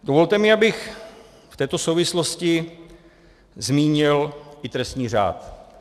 Dovolte mi, abych v této souvislosti zmínil i trestní řád.